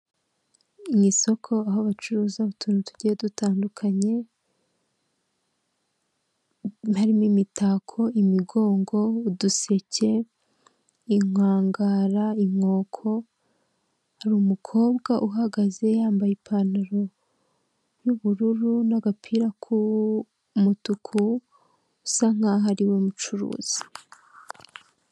Umukandida wiyamamariza kuba perezida wa repubulika w'ishyaka rya green gurini pate Frank Habineza ari kwiyamamaza abanyamakuru bagenda bamufotora abamwungirije n'abamuherekeje bamugaragiye abaturage bitabiriye inyuma ya senyegi yaho ari bitabiriye baje kumva ibyo abagezaho.